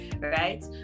Right